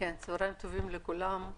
צוהריים טובים לכולם.